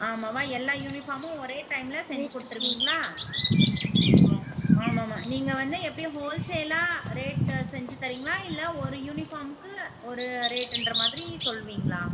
ஆமாவா எல்லா யூனிஃபார்மும் ஒரே டைமில் செஞ்சு கொடுத்துருவீங்களா ஆ ஆமாம்மா நீங்கள் வந்து எப்படி ஹோல் சேலாக ரேட்டு செஞ்சு தரீங்களா இல்லை ஒரு யூனிஃபார்முக்கு ஒரு ரேட்டுங்ற மாதிரி சொல்வீங்களா